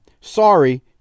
Sorry